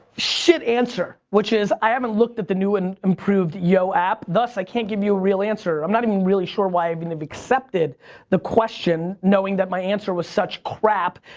shit answer, which is, i haven't looked at the new and improved yo app, thus i can't give you a real answer. i'm not even really sure why i've even accepted the question knowing that my answer was such crap.